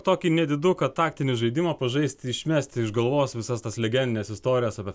tokį nediduką taktinį žaidimą pažaisti išmesti iš galvos visas tas legendines istorijas apie